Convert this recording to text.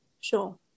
sure